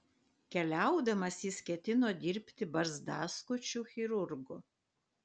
keliaudamas jis ketino dirbti barzdaskučiu chirurgu